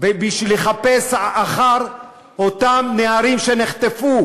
ובשביל לחפש את אותם נערים שנחטפו,